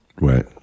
right